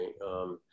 Right